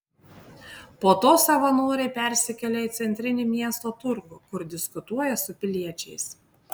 po to savanoriai persikelia į centrinį miesto turgų kur diskutuoja su piliečiais